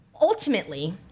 ultimately